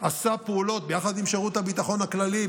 עשה פעילות ביחד עם שירות הביטחון הכללי,